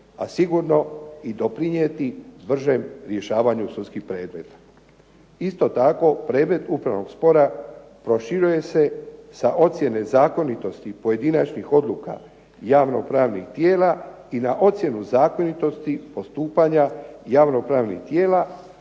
a sigurno i doprinijeti bržem rješavanju sudskih predmeta. Isto tako, predmet upravnog spora proširuje se sa ocjene zakonitosti pojedinačnih odluka javno pravnih tijela i na ocjenu zakonitosti postupanja javno pravnih tijela